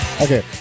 okay